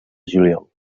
juliol